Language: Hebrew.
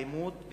אלימות,